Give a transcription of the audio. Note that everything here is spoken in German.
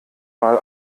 mal